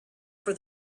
for